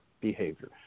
behavior